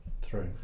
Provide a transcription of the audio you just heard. three